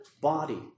body